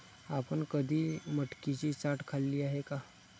आपण कधी मटकीची चाट खाल्ली आहे का?